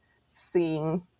seeing